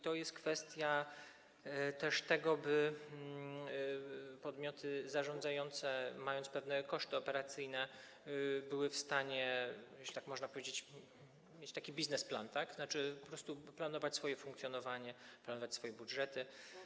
To jest też kwestia tego, aby podmioty zarządzające, mając pewne koszty operacyjne, były w stanie, jeśli tak można powiedzieć, stworzyć taki biznesplan, tzn. po prostu planować swoje funkcjonowanie, planować swoje budżety.